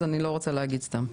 אני לא רוצה להגיד סתם.